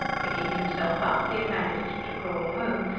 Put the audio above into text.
picking himself up, he had managed to crawl home,